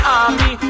army